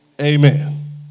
Amen